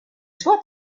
soit